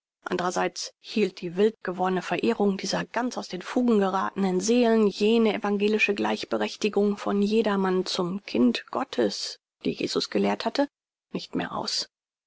andrerseits hielt die wildgewordne verehrung dieser ganz aus den fugen gerathenen seelen jene evangelische gleichberechtigung von jedermann zum kind gottes die jesus gelehrt hatte nicht mehr aus